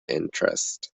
interest